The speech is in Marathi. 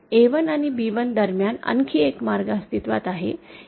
A1 आणि B1 दरम्यान आणखी एक मार्ग अस्तित्त्वात आहे